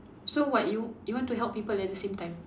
so what you you want to help people at the same time